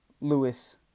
Lewis